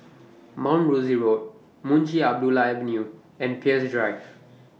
Mount Rosie Road Munshi Abdullah Avenue and Peirce Drive